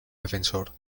defensor